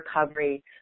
recovery